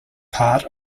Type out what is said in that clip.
part